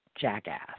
jackass